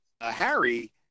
Harry